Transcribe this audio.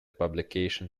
publication